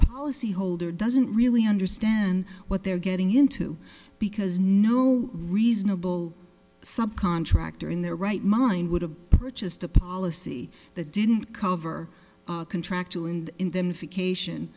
policyholder doesn't really understand what they're getting into because no reasonable subcontractor in their right mind would have purchased a policy that didn't cover contractual and in them